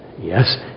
yes